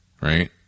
right